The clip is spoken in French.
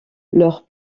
leur